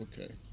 Okay